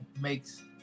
makes